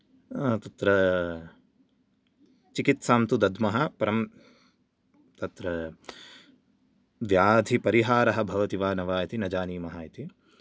तत्र चिकित्सां तु दद्मः परं तत्र व्याधिपरिहारः भवति वा न वा इति न जानीमः इति